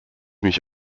mich